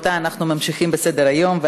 רבותיי, אנחנו ממשיכים בסדר-היום.